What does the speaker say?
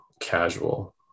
casual